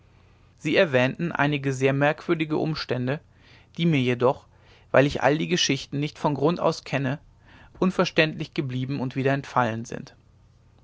sie erwähnten einiger sehr merkwürdiger umstände die mir jedoch weil ich all die geschichten nicht von grund aus kenne unverständlich geblieben und wieder entfallen sind